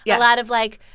yeah lot of, like,